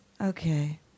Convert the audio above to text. Okay